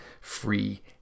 free